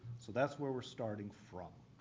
so that's where we're starting from.